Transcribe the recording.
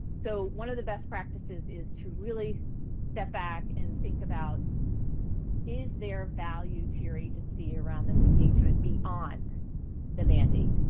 so one of the best practices is to really step back and think about is there value to your agency around this engagement beyond the mandate,